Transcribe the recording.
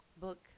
book